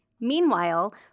Meanwhile